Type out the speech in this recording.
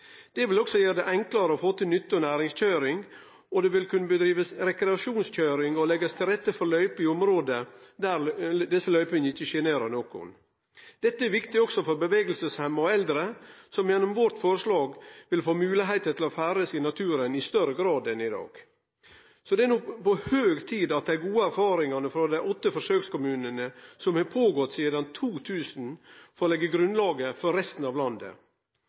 Det vil også gjere det enklare å få til nytte- og næringskøyring, og det vil kunne bli drive rekreasjonskøyring og leggjast til rette for løyper i område der desse løypene ikkje sjenerer nokon. Dette er viktig òg for bevegelseshemma og eldre, som gjennom vårt forslag vil få moglegheit til å ferdast i naturen i større grad enn i dag. Det er no på høg tid at dei gode erfaringane frå dei åtte forsøkskommunane, som har vore i gang sidan 2000, får leggje grunnlaget for resten av landet.